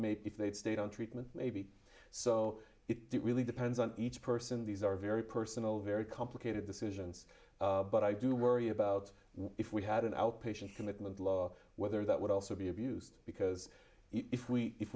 maybe if they'd stayed on treatment maybe so it really depends on each person these are very personal very complicated decisions but i do worry about if we had an outpatient commitment law whether that would also be abused because if we if